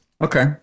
Okay